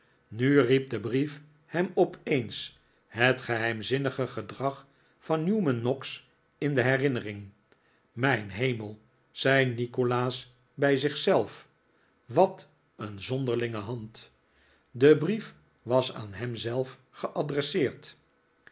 nu riep de brief hem opeens het geheimzinnige gedrag van newman ndggs in de herinnering mijn hemel zei nikolaas bij zich zelf wat een zonderlinge hand de brief was aan hem zelf